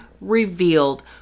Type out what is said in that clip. revealed